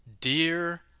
Dear